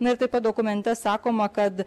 na ir taip pat dokumente sakoma kad